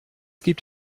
gibt